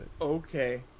Okay